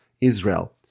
Israel